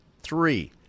Three